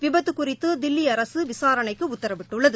விபத்து குறித்து தில்லி அரசு விசாரணைக்கு உத்தரவிட்டுள்ளது